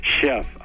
chef